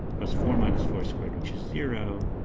plus four minus four squared which is zero.